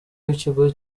w’ikigo